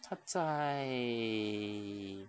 它在